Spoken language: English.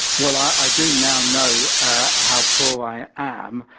well, i do now know how poor i am.